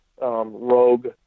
rogue